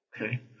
Okay